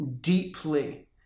deeply